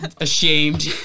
ashamed